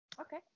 Okay